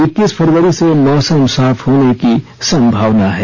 इक्कीस फरवरी से मोसम साफ होने की संभावना है